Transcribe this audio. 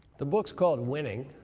the book's called winning,